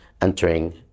entering